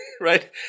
right